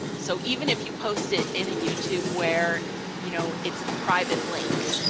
so even if you post it in a youtube where you know it's a private link,